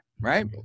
right